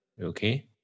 okay